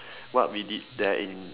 what we did there in